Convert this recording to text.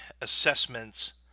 assessments